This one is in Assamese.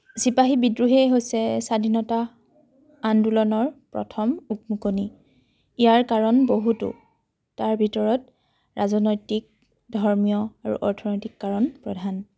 চিপাহী বিদ্ৰোহেই হৈছে স্বাধীনতা আন্দোলনৰ প্ৰথম উকমুকনি ইয়াৰ কাৰণ বহুতো তাৰ ভিতৰত ৰাজনৈতিক ধৰ্মীয় আৰু অৰ্থনৈতিক কাৰণ প্ৰধান